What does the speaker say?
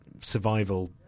survival